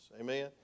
Amen